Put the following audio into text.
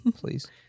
Please